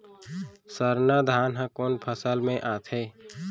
सरना धान ह कोन फसल में आथे?